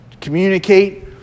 communicate